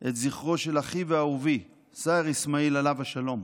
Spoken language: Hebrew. את זכרו של אחי ואהובי סאהר איסמעיל עליו השלום,